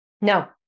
No